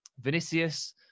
Vinicius